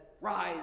Rise